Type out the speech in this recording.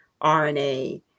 RNA